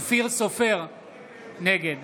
נגד